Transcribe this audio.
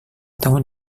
tahun